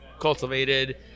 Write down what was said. cultivated